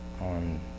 on